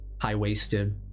High-waisted